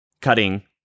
cutting